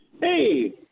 Hey